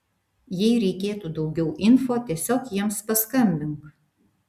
jei reikėtų daugiau info tiesiog jiems paskambink